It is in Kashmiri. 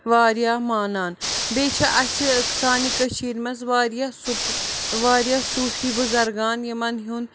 واریاہ مانان بیٚیہِ چھےٚ اَسہِ سانہِ کٔشیٖرِ منٛز واریاہ سُہ واریاہ صوٗفی بُزرگان یِمَن ہُنٛد